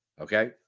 Okay